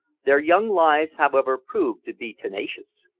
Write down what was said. their young lives, however, proved to be tenacious.